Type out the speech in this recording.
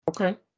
Okay